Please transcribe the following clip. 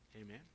Amen